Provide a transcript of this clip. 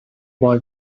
boy